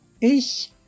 ich